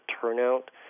turnout